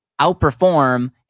outperform